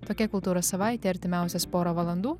tokia kultūros savaitė artimiausias porą valandų